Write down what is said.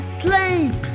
sleep